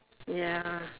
ya